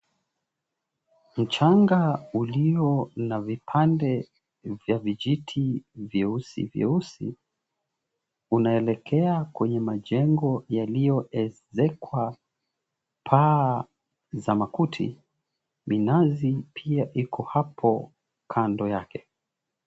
Mchanga ulio na vipande vya vijiti vyeusi vyeusi unaelekea kwenye majengo yaliyoezekwa paa za makuti. Minazi pia iko hapo kando yake.